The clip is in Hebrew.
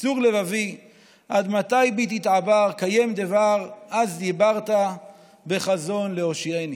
צור לבבי עד מתי בי תתעבר / קים דבר / אז דיברת בחזון להושיעני".